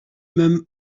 même